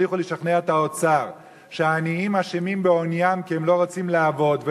הצליחו לשכנע את האוצר שהעניים אשמים בעוניים כי הם לא רוצים לעבוד,